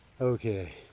okay